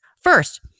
First